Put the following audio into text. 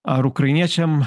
ar ukrainiečiam